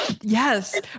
Yes